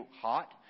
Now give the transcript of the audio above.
hot